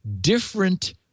different